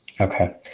okay